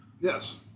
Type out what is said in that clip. Yes